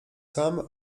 sam